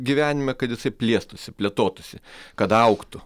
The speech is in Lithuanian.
gyvenime kad jisai plėstųsi plėtotųsi kad augtų